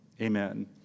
amen